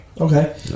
okay